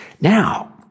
Now